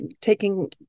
taking